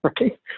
right